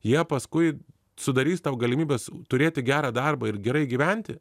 jie paskui sudarys tau galimybes turėti gerą darbą ir gerai gyventi